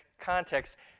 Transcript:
context